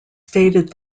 stated